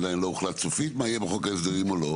עדיין לא הוחלט מה יהיה בחוק או לא,